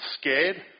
scared